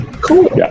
cool